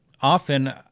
often